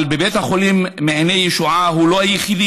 אבל בית החולים מעייני הישועה הוא לא היחידי